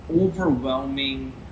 overwhelming